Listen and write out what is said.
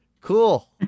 Cool